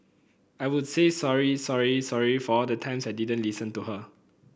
I would say sorry sorry sorry for all the times I didn't listen to her